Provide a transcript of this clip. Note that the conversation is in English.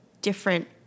different